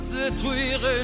détruire